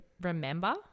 remember